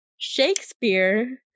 Shakespeare